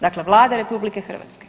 Dakle Vlada RH.